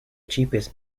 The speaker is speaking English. cheapest